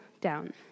down